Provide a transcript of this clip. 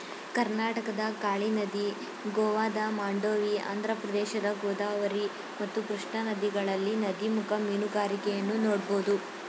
ಕರ್ನಾಟಕದ ಕಾಳಿ ನದಿ, ಗೋವಾದ ಮಾಂಡೋವಿ, ಆಂಧ್ರಪ್ರದೇಶದ ಗೋದಾವರಿ ಮತ್ತು ಕೃಷ್ಣಗಳಲ್ಲಿ ನದಿಮುಖ ಮೀನುಗಾರಿಕೆಯನ್ನು ನೋಡ್ಬೋದು